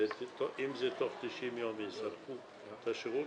אם זה תוך 90 יספקו את השירות,